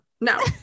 no